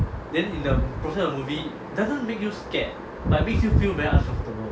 then in the process of the movie doesn't make you scared but makes you feel very uncomfortable